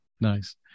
Nice